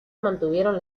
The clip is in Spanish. mantuvieron